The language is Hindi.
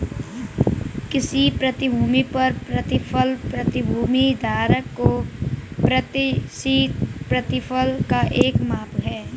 किसी प्रतिभूति पर प्रतिफल प्रतिभूति धारक को प्रत्याशित प्रतिफल का एक माप है